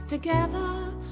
together